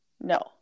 No